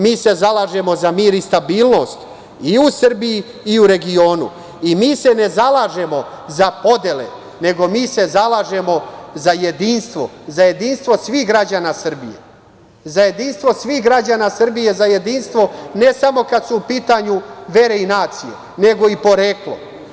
Mi se zalažemo za mir i stabilnost i u Srbiji i u regionu, i mi se ne zalažemo za podele, nego mi se zalažemo za jedinstvo, za jedinstvo svih građana Srbije, za jedinstvo ne samo kada su u pitanju vere i nacije, nego i poreklo.